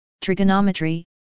trigonometry